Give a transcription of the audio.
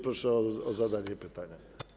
Proszę o zadanie pytania.